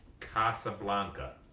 Casablanca